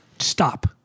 stop